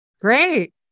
great